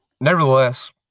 nevertheless